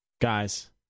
Guys